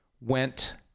went